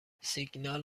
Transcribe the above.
سیگنال